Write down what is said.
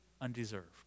undeserved